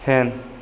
hen